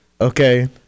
Okay